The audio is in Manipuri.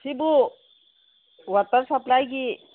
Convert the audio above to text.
ꯁꯤꯕꯨ ꯋꯥꯇꯔ ꯁꯞꯄ꯭ꯂꯥꯏꯒꯤ